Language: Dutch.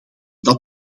dat